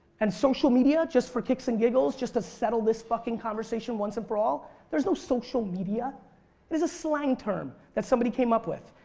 and social media just for kicks and giggles just to settle this fucking conversation once and for all there is no social media. it is a slang term that somebody came up with.